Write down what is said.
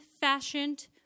fashioned